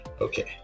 okay